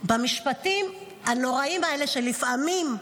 במשפטים הנוראיים האלה, שלפעמים,